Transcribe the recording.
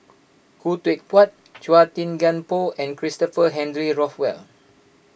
Khoo Teck Puat Chua Thian Poh and Christopher Henry Rothwell